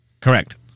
Correct